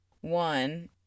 One